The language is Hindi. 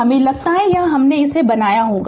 मुझे लगता है कि यहां हमने इसे बनाया होगा